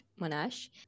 monash